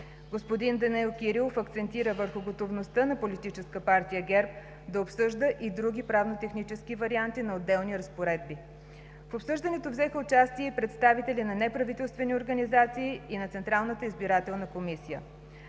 Господин Данаил Кирилов акцентира върху готовността на Политическа партия ГЕРБ да обсъжда и други правно-технически варианти на отделни разпоредби. В обсъждането взеха участие и представители на неправителствени организации и на Централната избирателна комисия.